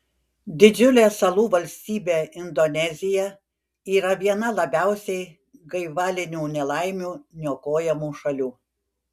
didžiulė salų valstybė indonezija yra viena labiausiai gaivalinių nelaimių niokojamų šalių